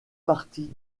parties